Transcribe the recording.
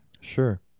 Sure